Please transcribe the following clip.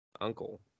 uncle